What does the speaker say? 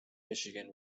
michigan